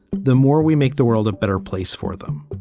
the more we make the world a better place for them.